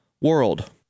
world